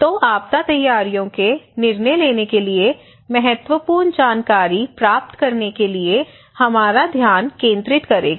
तो आपदा तैयारियों के निर्णय लेने के लिए महत्वपूर्ण जानकारी प्राप्त करने के लिए हमारा ध्यान केंद्रित करेगा